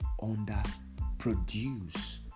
underproduce